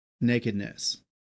nakedness